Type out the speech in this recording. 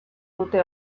dute